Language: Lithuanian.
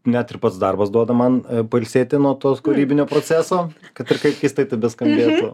net ir pats darbas duoda man pailsėti nuo to kūrybinio proceso kad ir kaip keistai tai beskambėtų